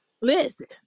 Listen